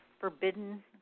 forbidden